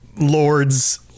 lords